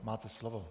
Máte slovo.